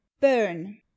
burn